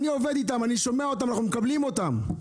אני עובד איתם, אני שומע אותם, אנחנו מקבלים אותם.